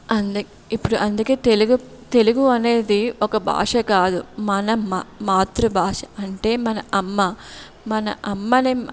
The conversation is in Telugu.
అంద్ ఇప్పుడు అందుకే తెలుగు తెలుగు అనేది ఒక భాష కాదు మన మా మాతృభాష అంటే మన అమ్మ మన అమ్మని